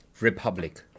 Republic